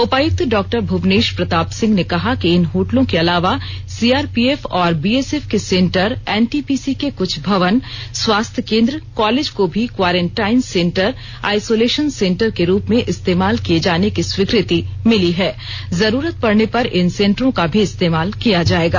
उपायुक्त डॉ भुवनेश प्रताप सिंह ने कहा कि इन होटलों के अलावा सीआरपीएफ और बीएसएफ के सेंटर एनटीपीसी के कुछ भवन स्वास्थ्य केंद्र कॉलेज को भी क्वॉरेंटाइन सेंटर आइसोलेशन सेंटर के रूप में इस्तेमाल किए जाने की स्वीकृति मिली है जरूरत पड़ने पर इन सेंटरों का भी इस्तेमाल किया जाएगा